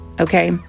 Okay